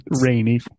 rainy